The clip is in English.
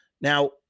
Now